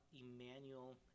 Emmanuel